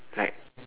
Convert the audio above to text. right